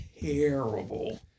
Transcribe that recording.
terrible